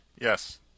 Yes